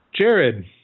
Jared